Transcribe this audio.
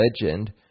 legend